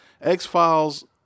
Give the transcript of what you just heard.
X-Files